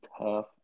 tough